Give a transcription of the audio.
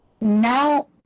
Now